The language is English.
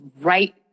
right